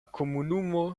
komunumo